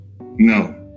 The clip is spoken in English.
no